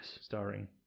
starring